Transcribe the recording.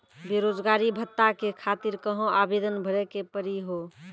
बेरोजगारी भत्ता के खातिर कहां आवेदन भरे के पड़ी हो?